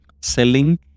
Selling